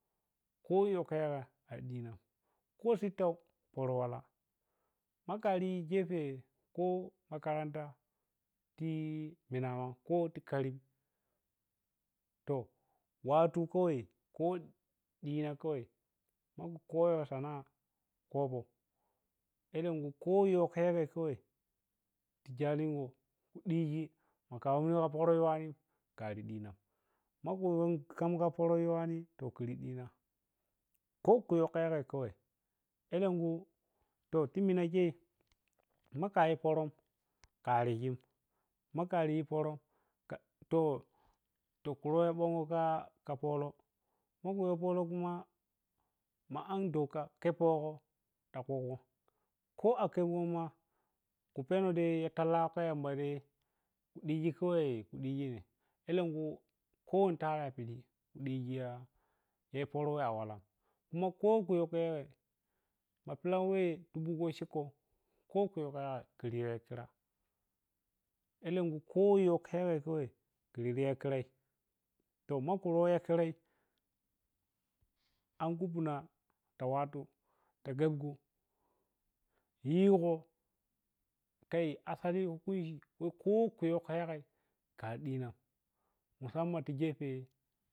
Kho yo khaga arɗin kho sittto parap walah ma khari yi gepe kho makaranta ti minamah kho ti karim toh wattu kawai kho ɗina kamai khoya sana’a khobo alenkhu kho yoh pere kawai ti jalinso ɗigi makaru yo pərə yo wani khari ɗinam makhu yo kham kha pərə wani to khuri ɗinan kho khoyo yagai kawai alenkhui to ti minagei makaru pərə kharigim makayi pərən kah to kuro ya ɓomo fa kha poloh ma muya poloh khuma ma am doka kheppeʒoh a khogoh kho a kheseh ma khu penno madai lah yamba dai khu ɗigi gawai khu ɗigi alenkhu kho ni tari piɗi khudisi ya pərə a walam kuma kho kha yo yagai mapilaweh dubu ko shuko kha khuyo yagai khuyo khira alenkhu khoyo yagai khiri yo khira to makhi yo pəroi ambuguna kha wattu kha gaggu yi goh kai asali kho khayo ti yagai khari ɗina musamman ti gepe.